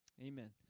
Amen